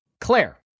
Claire